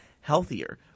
healthier